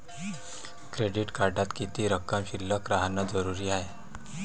Credit कार्डात किती रक्कम शिल्लक राहानं जरुरी हाय?